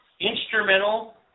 instrumental